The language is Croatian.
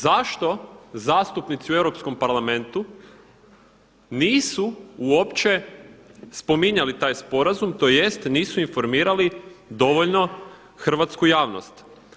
Zašto zastupnici u Europskom parlamentu nisu uopće spominjali taj sporazum, tj. nisu informirali dovoljno hrvatsku javnost.